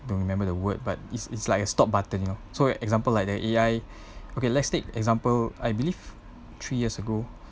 don't remember the word but it's it's like a stop button you know so example like the A_I okay let's take example I believe three years ago